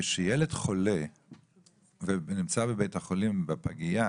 כשילד חולה ונמצאת בפגייה